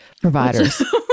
providers